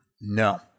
No